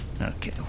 Okay